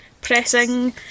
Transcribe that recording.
pressing